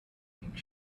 pink